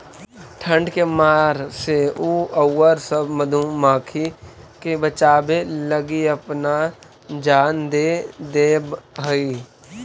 ठंड के मार से उ औउर सब मधुमाखी के बचावे लगी अपना जान दे देवऽ हई